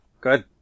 Good